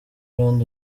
lord